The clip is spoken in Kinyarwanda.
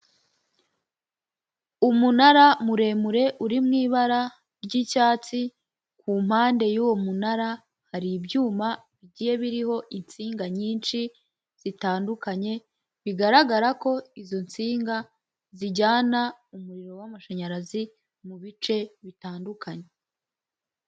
Umunara muremure uri mu ibara ry'icyatsi ku mpande y'uwo munara hari ibyuma bigiye biriho insinga nyinshi zitandukanye, bigaragara ko izo nsinga zijyana umuriro w'amashanyarazi mu bice bitandukanye.